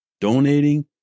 donating